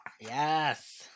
Yes